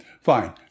fine